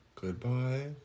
goodbye